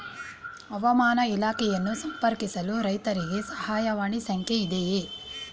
ಹವಾಮಾನ ಇಲಾಖೆಯನ್ನು ಸಂಪರ್ಕಿಸಲು ರೈತರಿಗೆ ಸಹಾಯವಾಣಿ ಸಂಖ್ಯೆ ಇದೆಯೇ?